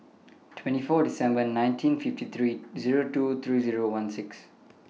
twenty four December nineteen fifty three Zero two three Zero one six